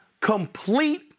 complete